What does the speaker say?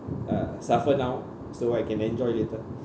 uh suffer now so I can enjoy later